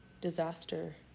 disaster